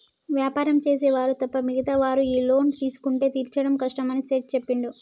వ్యాపారం చేసే వారు తప్ప మిగతా వారు ఈ లోన్ తీసుకుంటే తీర్చడం కష్టమని సేట్ చెప్పిండు